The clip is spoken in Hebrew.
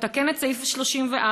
לתקן את סעיף 34,